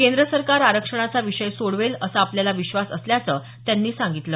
केंद्र सरकार आरक्षणाचा विषय सोडवेल असा आपल्याला विश्वास असल्याचं डांगे यांनी सांगितलं